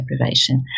deprivation